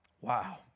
Wow